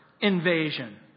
invasion